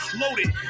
loaded